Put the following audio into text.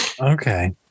Okay